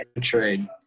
trade